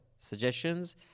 suggestions